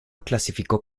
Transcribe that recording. clasificó